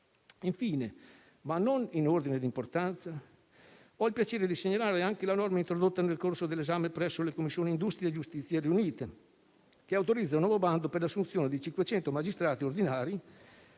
Infine, ma non in ordine di importanza, ho il piacere di segnalare anche la norma introdotta nel corso dell'esame presso le Commissioni riunite 2a e 10a, che autorizza un nuovo bando per l'assunzione di 500 magistrati ordinari,